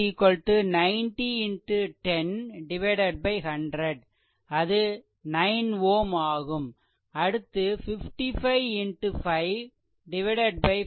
அது 9 Ω ஆகும் அடுத்து 55 5 4